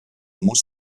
muss